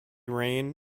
rain